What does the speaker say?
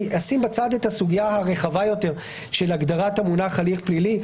אני אשים בצד את הסוגיה הרחבה יותר של הגדרת המונח "הליך פלילי",